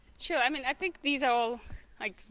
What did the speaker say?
so i mean i think these are all like.